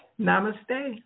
Namaste